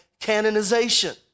canonization